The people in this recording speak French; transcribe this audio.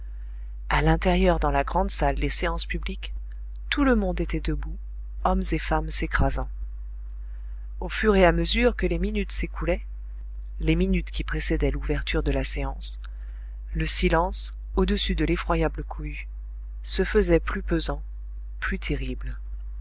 a l'intérieur dans la grande salle des séances publiques tout le monde était debout hommes et femmes s'écrasant au fur et à mesure que les minutes s'écoulaient les minutes qui précédaient l'ouverture de la séance le silence au-dessus de l'effroyable cohue se faisait plus pesant plus terrible